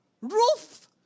Ruth